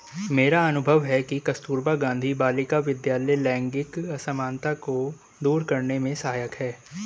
मेरा अनुभव है कि कस्तूरबा गांधी बालिका विद्यालय लैंगिक असमानता को दूर करने में सहायक है